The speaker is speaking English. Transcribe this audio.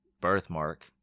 birthmark